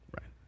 Right